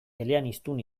eleaniztun